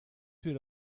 wird